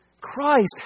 Christ